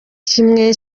kimwe